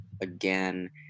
again